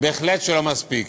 לא מספיק.